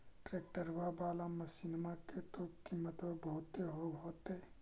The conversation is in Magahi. ट्रैक्टरबा बाला मसिन्मा के तो किमत्बा बहुते होब होतै?